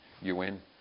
UN